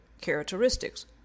characteristics